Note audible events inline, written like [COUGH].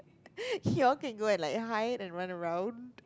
[LAUGHS] you all can go and like hide and run around